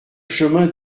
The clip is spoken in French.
chemin